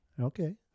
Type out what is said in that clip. okay